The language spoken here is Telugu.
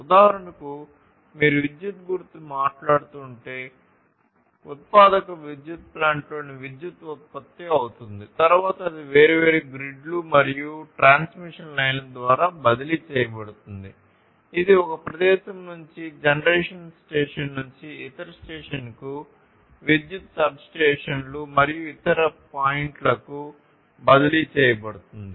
ఉదాహరణకు మీరు విద్యుత్ గురించి మాట్లాడుతుంటే ఉత్పాదక విద్యుత్ ప్లాంట్లో విద్యుత్తు ఉత్పత్తి అవుతుంది తరువాత అది వేర్వేరు గ్రిడ్లు మరియు ట్రాన్స్మిషన్ లైన్ల ద్వారా బదిలీ చేయబడుతుంది ఇది ఒక ప్రదేశం నుండి జనరేషన్ స్టేషన్ నుండి ఇతర స్టేషన్కు విద్యుత్ సబ్స్టేషన్లు మరియు ఇతర పాయింట్లకు బదిలీ చేయబడుతుంది